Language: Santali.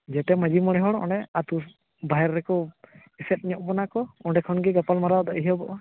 ᱡᱮᱴᱟ ᱢᱟᱺᱡᱷᱤ ᱢᱚᱬᱮ ᱦᱚᱲ ᱚᱸᱰᱮ ᱟᱛᱳ ᱵᱟᱦᱮᱨ ᱨᱮᱠᱚ ᱮᱥᱮᱫ ᱧᱚᱜ ᱵᱚᱱᱟᱠᱚ ᱚᱸᱰᱮ ᱠᱷᱚᱱᱜᱮ ᱜᱟᱯᱟᱞᱢᱟᱨᱟᱣ ᱫᱚ ᱮᱦᱚᱵᱚᱜᱼᱟ